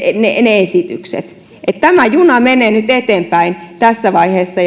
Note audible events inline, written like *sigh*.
ne ne esitykset pitää tehdä tämä juna menee nyt eteenpäin tässä vaiheessa *unintelligible*